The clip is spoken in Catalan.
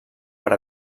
per